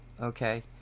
okay